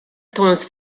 tones